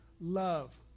love